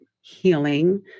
healing